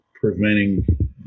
preventing